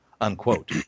unquote